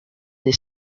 des